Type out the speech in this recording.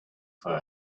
for